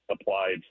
applied